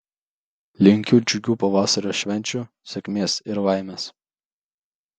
linkiu džiugių pavasario švenčių sėkmės ir laimės